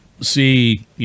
see